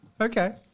Okay